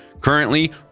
currently